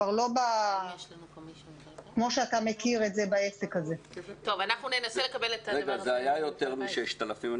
זה היה יותר מ-6,000.